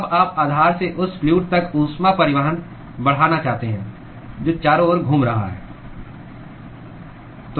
अब आप आधार से उस फ्लूअड तक ऊष्मा परिवहन बढ़ाना चाहते हैं जो चारों ओर घूम रहा है